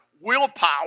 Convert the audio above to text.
willpower